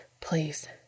Please